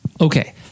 Okay